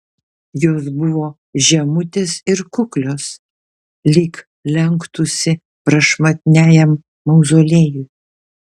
jos buvo žemutės ir kuklios lyg lenktųsi prašmatniajam mauzoliejui